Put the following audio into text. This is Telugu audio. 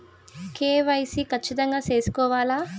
కె.వై.సి ఖచ్చితంగా సేసుకోవాలా